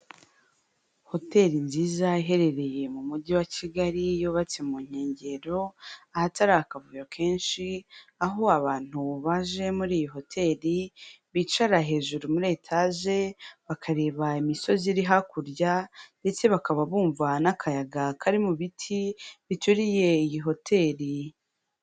Hotel nziza iherereye mu mujyi wa Kigali, yubatse mu nkengero ahatari akavuyo kenshi, aho abantu baje muri iyi hoteli bicara hejuru muri etaje, bakareba imisozi iri hakurya ndetse bakaba bumva n'akayaga kari mu biti bituriye iyi hoteli.